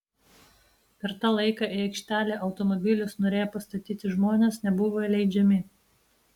per tą laiką į aikštelę automobilius norėję pastatyti žmonės nebuvo įleidžiami